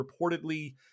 reportedly